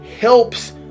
helps